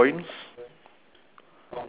no